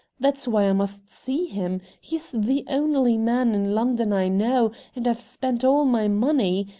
that's why i must see him. he's the only man in london i know, and i've spent all my money.